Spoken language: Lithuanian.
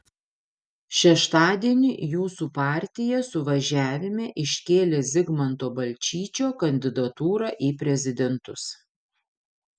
šeštadienį jūsų partija suvažiavime iškėlė zigmanto balčyčio kandidatūrą į prezidentus